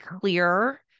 clear